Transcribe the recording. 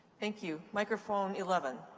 thank you. microphone eleven.